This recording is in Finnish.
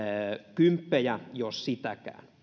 kymppejä jos sitäkään